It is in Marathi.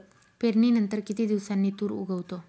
पेरणीनंतर किती दिवसांनी तूर उगवतो?